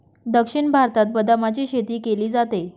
दक्षिण भारतात बदामाची शेती केली जाते